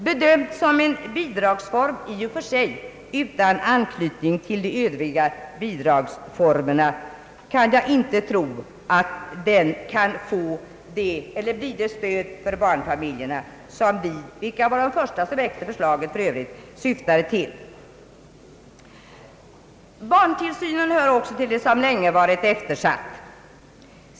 Bedömt som en bidragsform i och för sig utan anknytning till de övriga bidragsformerna, kan jag inte förstå att den kan bli det stöd för barnfamiljerna som vi — vilka för övrigt var de första som väckte förslaget — syftade till. Barntillsynen hör också till det som länge varit eftersatt.